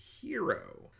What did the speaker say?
hero